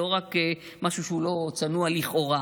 לא רק משהו שהוא לא צנוע לכאורה,